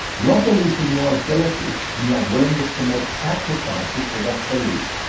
your belief in your ability and your willingness to make sacrifices for that belief,